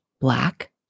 Black